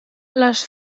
les